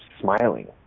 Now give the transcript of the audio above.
smiling